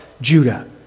Judah